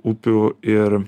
upių ir